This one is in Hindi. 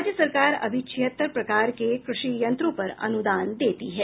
राज्य सरकार अभी छिहत्तर प्रकार के कृषि यंत्रों पर अनुदान देती है